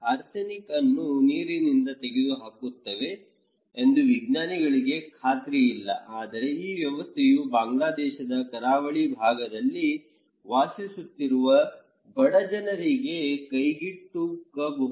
arsenic ಅನ್ನು ನೀರಿನಿಂದ ತೆಗೆದು ಹಾಕುತ್ತವೆ ಎಂದು ವಿಜ್ಞಾನಿಗಳಿಗೆ ಖಾತ್ರಿಯಿಲ್ಲ ಆದರೆ ಈ ವ್ಯವಸ್ಥೆಯು ಬಾಂಗ್ಲಾದೇಶದ ಕರಾವಳಿ ಭಾಗದಲ್ಲಿ ವಾಸಿಸುತ್ತಿರುವ ಬಡಜನರಿಗೆ ಕೈಗಿಟ್ಟುಕಬಹುದಾಗಿದೆ